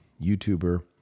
YouTuber